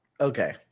Okay